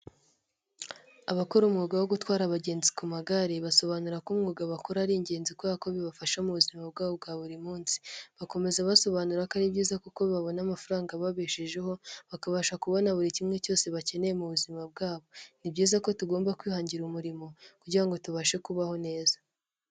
Abakora umwuga wo gutwara abagenzi ku magare basobanura ko umwuga bakora ari ingenzi kubera ko bibafasha mu buzima bwabo bwa buri munsi. Bakomeza basobanura ko ari byiza kuko babona amafaranga ababeshejeho, bakabasha kubona buri kimwe cyose bakeneye mu buzima bwabo. Ni byiza ko tugomba kwihangira umurimo kugira ngo tubashe kubaho neza.